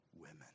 women